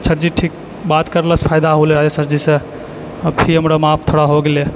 sir ji ठीक बात करलेसँ फायदा होलै अय सर जीसँ फी हमरो माफ थोड़ा हो गेलै